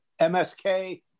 MSK